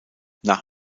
nach